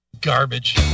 garbage